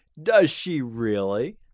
does she, really?